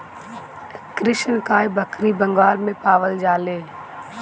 कृष्णकाय बकरी बंगाल में पावल जाले